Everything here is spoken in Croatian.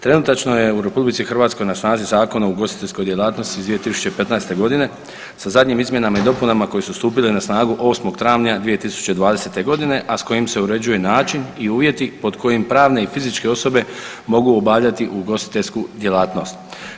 Trenutačno je u RH na snazi Zakon o ugostiteljskoj djelatnosti iz 2015. godine sa zadnjim izmjenama i dopunama koje su stupile na snagu 8. travnja 2020. godine, a s kojim se uređuje način i uvjeti pod kojim pravne i fizičke osobe mogu obavljati ugostiteljsku djelatnost.